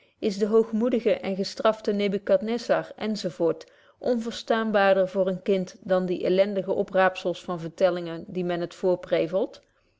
is de hoogmoedige en gestrafte nebucadnezar enz onverstaanbaarder voor een kind dan die elendige opraapzels van vertellingen die men het